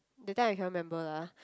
that time I cannot remember lah